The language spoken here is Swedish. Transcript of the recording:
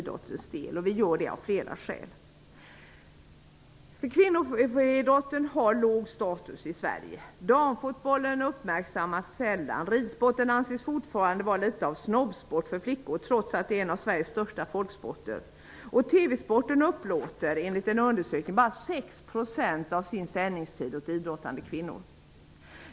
Det gör vi av flera skäl. Kvinnoidrotten har låg status i Sverige. Damfotbollen uppmärksammas sällan. Ridsporten anses fortfarande vara litet av en snobbsport för flickor, trots att den är en av Sveriges största folksporter. TV-sporten upplåter, enligt en undersökning, bara 6 % av sin sändningstid åt idrottande kvinnor.